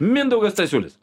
mindaugas stasiulis